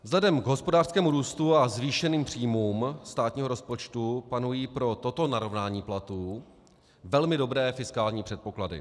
Vzhledem k hospodářskému růstu a zvýšeným příjmům státního rozpočtu panují pro toto narovnání platů velmi dobré fiskální předpoklady.